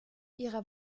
ihrer